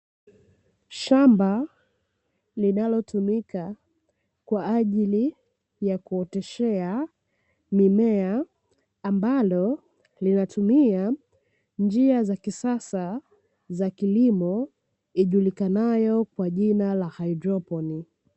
Shamba linalotumika kwa ajili ya kuoteshea mimea, ambalo linatumia njia za kisasa za kilimo ijulikanayo kwa jina la haidroponi.